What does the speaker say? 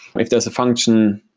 if there's a function,